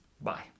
bye